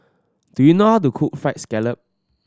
do you know how to cook Fried Scallop